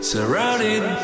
Surrounded